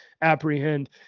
apprehend